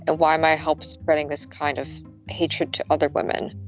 ah why my help spreading this kind of hatred to other women?